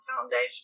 foundation